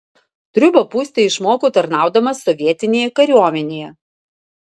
triūbą pūsti išmoko tarnaudamas sovietinėje kariuomenėje